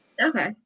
Okay